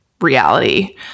reality